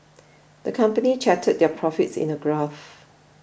the company charted their profits in a graph